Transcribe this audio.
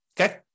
okay